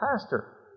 pastor